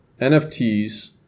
NFTs